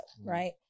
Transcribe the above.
right